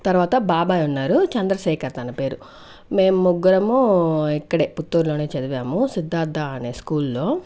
తర్వాత బాబాయ్ ఉన్నారు చంద్రశేఖర్ తన పేరు మేము ముగ్గురము ఇక్కడే పుత్తూర్లోనే చదివాము సిద్ధార్థ అనే స్కూల్ లో